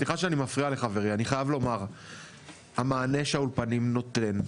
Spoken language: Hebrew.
סליחה שאני מפריע לחברי אני חייב לומר שהמענה שהאולפנים נותן,